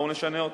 בואו נשנה אותו,